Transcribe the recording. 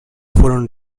fueron